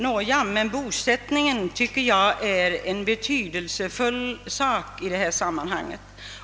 Nå jag anser nog att bosättningen är en betydelsefull sak i detta sammanhang.